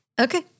Okay